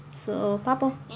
so பார்ப்போம்:paarppoom